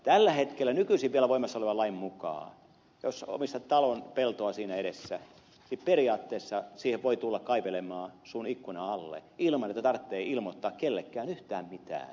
tällä hetkellä nykyisin vielä voimassa olevan lain mukaan jos omistat talon ja pelto on siinä edessä niin periaatteessa siihen voi tulla kaivelemaan sinun ikkunasi alle ilman että tarvitsee ilmoittaa kenellekään yhtään mitään